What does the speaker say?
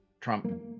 Trump